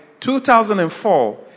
2004